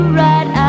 right